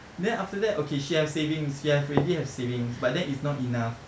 then after that okay she have savings she have already have savings but then it's not enough